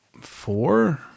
Four